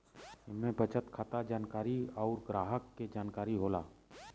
इम्मे बचत खाता क जानकारी अउर ग्राहक के जानकारी होला